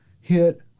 hit